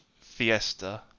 Fiesta